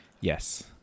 Yes